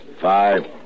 Five